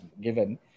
given